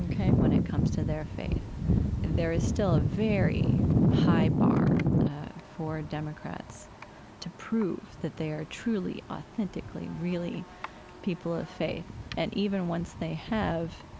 ok, when it comes to their faith. and there is still a very high bar for democrats to prove that they are truly, authentically, really people of faith. and even once they have,